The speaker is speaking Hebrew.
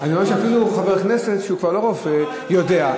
אני רואה שאפילו חבר כנסת שהוא כבר לא רופא יודע,